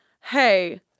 hey